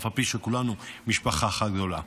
אף על פי שכולנו משפחה אחת גדולה.